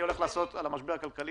אני הולך לעשות דיון על המשבר הכלכלי